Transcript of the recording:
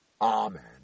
Amen